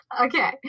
okay